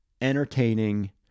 entertaining